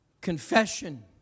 Confession